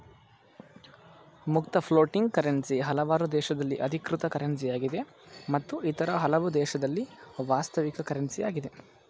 ಮುಕ್ತ floating currency ಹಲವಾರು ದೇಶದಲ್ಲಿ ಅಧಿಕೃತ ಕರೆನ್ಸಿಯಾಗಿದೆ ಮತ್ತು ಇತರ ಹಲವು ದೇಶದಲ್ಲಿ ವಾಸ್ತವಿಕ ಕರೆನ್ಸಿ ಯಾಗಿದೆ